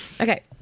okay